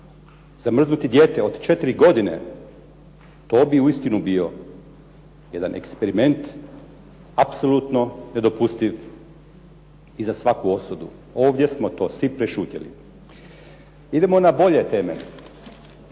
Zamrznuti dijete od 4 godine to bi uistinu bio jedan eksperiment, apsolutno nedopustiv i za svaku osudu. Ovdje smo to svi prešutjeli. Idemo na bolje teme